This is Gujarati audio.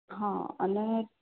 હ અને